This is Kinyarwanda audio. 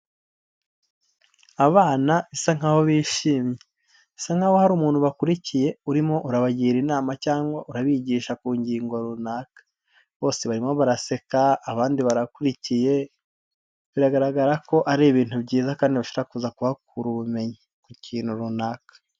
Abana bisa nkaho bishimye bisa nkaho hari umuntu bakurikiye urimo urabagira inama cyangwa urabigisha ku ngingo runaka, bose barimo baraseka abandi barakurikiye biragaragara ko ari ibintu byiza kandi bashaka kuza kubakura ubumenyi ku kintu runaka.